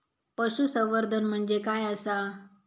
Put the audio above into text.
पशुसंवर्धन म्हणजे काय आसा?